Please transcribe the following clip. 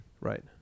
right